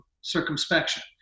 circumspection